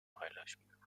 paylaşmıyor